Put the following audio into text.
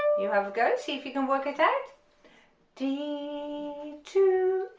you have a go see if you can work it out d two